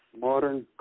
modern